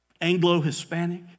Anglo-Hispanic